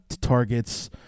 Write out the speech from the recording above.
targets